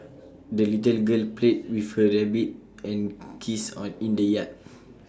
the little girl played with her rabbit and geese on in the yard